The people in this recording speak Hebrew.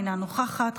אינה נוכחת,